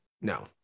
no